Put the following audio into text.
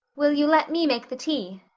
will you let me make the tea?